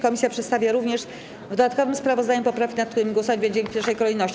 Komisja przedstawia również w dodatkowym sprawozdaniu poprawki, nad którymi głosować będziemy w pierwszej kolejności.